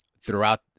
Throughout